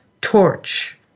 torch